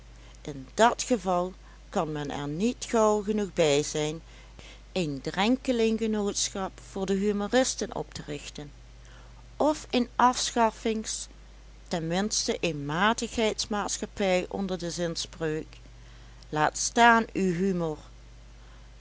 in dat geval kan men er niet gauw genoeg bij zijn een drenkelinggenootschap voor de humoristen op te richten of een afschaffings ten minste een matigheids maatschappij onder de zinspreuk laat staan uw humor